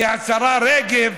כי השרה רגב,